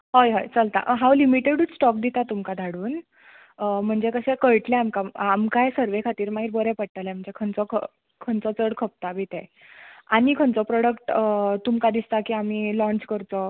हय हय चलतां हांव लिमिटेडूच स्टोक दितां तुमकां धाडून म्हणजे कशे कळटले आमकां आमकांय सर्वे खातीर बरे पडटले खंयचो चड खंयचो चड खपतां बी ते आनी खंयचो प्रोडक्ट तुमकां दिसतां की आमी लॉच करचो